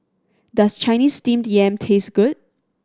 does Chinese Steamed Yam taste good